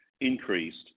increased